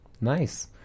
Nice